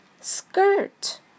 Skirt